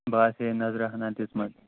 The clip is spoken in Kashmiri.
بہٕ آسِہے نَظرِ ہنا دِژمٕژ